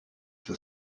for